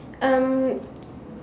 um